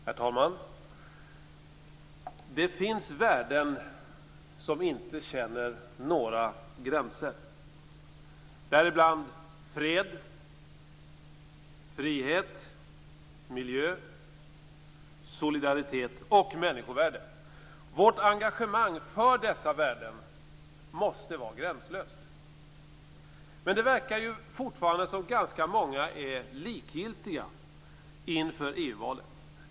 Herr talman! Det finns värden som inte känner några gränser, däribland fred, frihet, miljö, solidaritet och människovärde. Vårt engagemang för dessa värden måste vara gränslöst. Men det verkar fortfarande som om många är likgiltiga inför EU-valet.